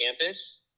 campus